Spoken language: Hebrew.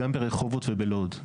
גם ברחובות ובלוד,